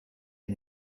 les